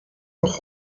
noch